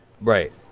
right